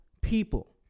people